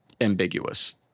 ambiguous